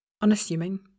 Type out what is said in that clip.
unassuming